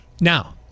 Now